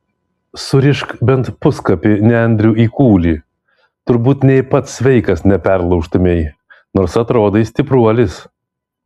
surišk bent puskapį nendrių į kūlį turbūt nė pats sveikas neperlaužtumei nors atrodai stipruolis